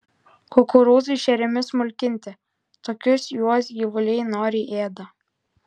kukurūzai šeriami smulkinti tokius juos gyvuliai noriai ėda